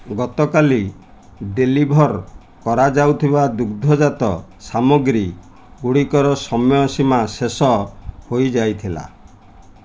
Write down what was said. ଗତକାଲି ଡେଲିଭର୍ କରାଯାଉଥିବା ଦୁଗ୍ଧଜାତ ସାମଗ୍ରୀଗୁଡ଼ିକର ସମୟ ସୀମା ଶେଷ ହେଇ ଯାଇଥିଲା